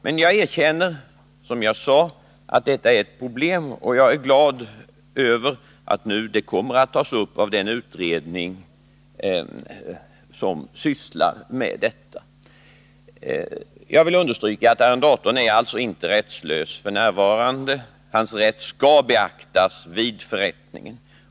Men jag erkänner, som jag sade, att detta är ett problem, och jag är glad över att frågan nu kommer att tas upp av fastighetsbildningsutredningen. Jag vill understryka att arrendatorn inte är rättslös f. n. Hans rätt skall beaktas vid förrättningen.